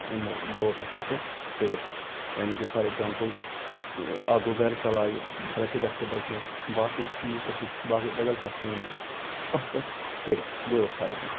یِمو گٲوو پیٚٹھٕ حٲصل کٔرِتھ یعنی کہِ فار ایٚگزامپل اکھ گوٚو گَرٕ چَلاوِ رۄپیہِ داہہ تہِ بَچنَس باقی چیٖز تہِ ہیٚکہِ بَدَل کانٛہہ کٲم تہِ ہیٚکہِ اتھ پیٚٹھ کٔرِتھ گٲو فارمہِ مَنٛز